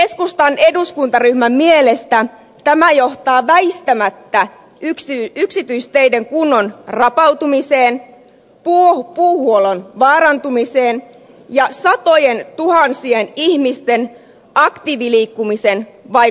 keskustan eduskuntaryhmän mielestä tämä johtaa väistämättä yksityisteiden kunnon rapautumiseen puuhuollon vaarantumiseen ja satojentuhansien ihmisten aktiiviliikkumisen vaikeutumiseen